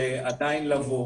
שיבואו.